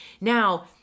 Now